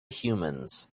humans